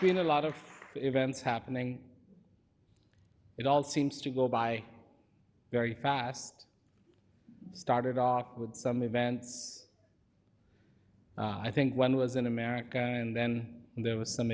me in a lot of events happening it all seems to go by very fast started with some events i think one was in america and then there was some